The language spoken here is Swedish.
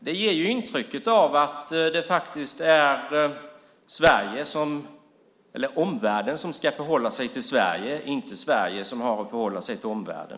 Det ger intryck av att det är omvärlden som ska förhålla sig till Sverige och inte Sverige som har att förhålla sig till omvärlden.